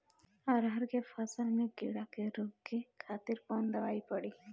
अरहर के फसल में कीड़ा के रोके खातिर कौन दवाई पड़ी?